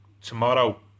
tomorrow